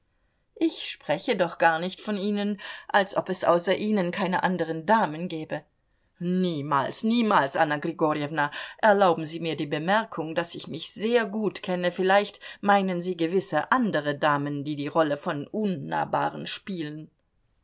ich spreche doch gar nicht von ihnen als ob es außer ihnen keine anderen damen gäbe niemals niemals anna grigorjewna erlauben sie mir die bemerkung daß ich mich sehr gut kenne vielleicht meinen sie gewisse andere damen die die rolle von unnahbaren spielen